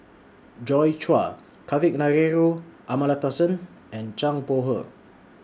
Joi Chua Kavignareru Amallathasan and Zhang Bohe